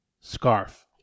Scarf